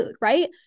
right